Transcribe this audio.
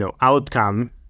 outcome